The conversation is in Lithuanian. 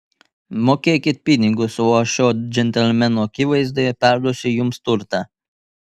mokėkit pinigus o aš šio džentelmeno akivaizdoje perduosiu jums turtą